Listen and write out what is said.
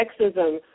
sexism